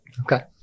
Okay